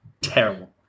terrible